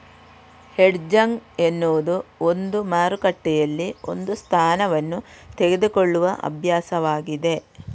hedging ಎನ್ನುವುದು ಒಂದು ಮಾರುಕಟ್ಟೆಯಲ್ಲಿ ಒಂದು ಸ್ಥಾನವನ್ನು ತೆಗೆದುಕೊಳ್ಳುವ ಅಭ್ಯಾಸವಾಗಿದೆ